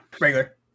Regular